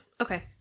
Okay